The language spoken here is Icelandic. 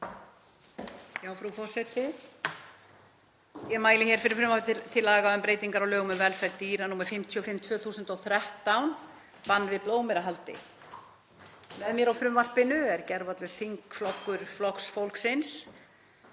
Frú forseti. Ég mæli hér fyrir frumvarpi til laga um breytingu á lögum um velferð dýra, nr. 55/2013, bann við blóðmerahaldi. Með mér á frumvarpinu er gjörvallur þingflokkur Flokks fólksins,